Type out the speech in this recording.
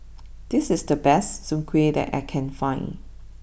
this is the best Soon Kuih that I can find